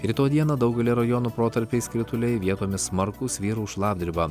rytoj dieną daugelyje rajonų protarpiais krituliai vietomis smarkūs vyraus šlapdriba